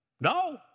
No